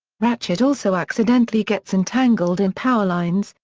ratchet also accidentally gets entangled in power lines,